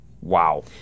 Wow